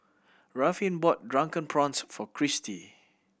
Ruffin bought Drunken Prawns for Cristy